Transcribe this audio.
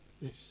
Yes